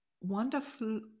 wonderful